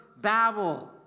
Babel